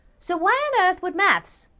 so, why on earth would maths,